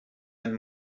ein